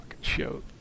show